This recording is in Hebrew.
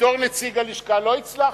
בתור נציג הלשכה לא הצלחתי,